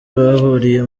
bahuriye